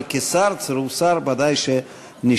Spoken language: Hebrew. אבל כשר, צירוף שר, ודאי שנשמע.